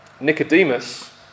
Nicodemus